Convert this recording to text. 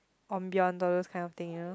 ambiance all those kind of thing ya